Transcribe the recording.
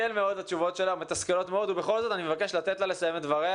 התשובות שלה מתסכלות מאוד ובכל זאת אני מבקש לתת לה לסיים את דבריה